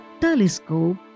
telescope